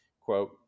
Quote